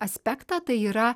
aspektą tai yra